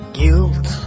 guilt